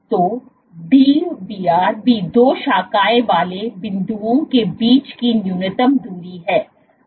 तो डीब्रो भी दो शाखाओं वाले बिंदुओं के बीच की न्यूनतम दूरी है